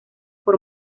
por